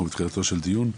אנחנו בתחילתו של דיון.